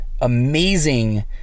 amazing